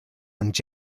und